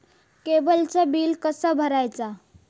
केबलचा बिल कसा भरायचा?